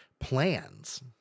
plans